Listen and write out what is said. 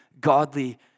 godly